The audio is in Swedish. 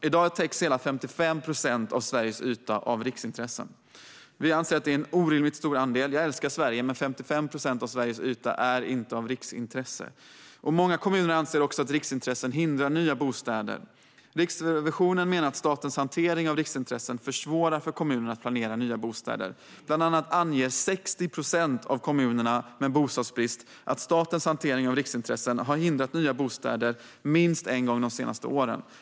I dag täcks hela 55 procent av Sveriges yta av riksintressen. Vi anser att det utgör en orimligt stor del. Jag älskar Sverige, men 55 procent av landets yta är inte av riksintresse. Många kommuner anser att riksintressen hindrar nya bostäder. Riksrevisionen menar att statens hantering av riksintressen försvårar för kommunerna att planera nya bostäder. Bland annat anger 60 procent av kommunerna med bostadsbrist att statens hantering av riksintressen har hindrat byggandet av nya bostäder minst en gång de senaste åren.